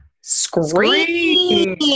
scream